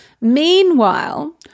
Meanwhile